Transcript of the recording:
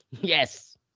Yes